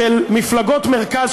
של מפלגות מרכז,